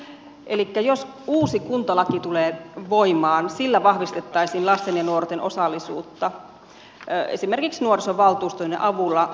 elikkä jos uusi kuntalaki tulee voimaan sillä vahvistettaisiin lasten ja nuorten osallisuutta esimerkiksi nuorisovaltuustojen avulla